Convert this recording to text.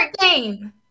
game